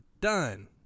Done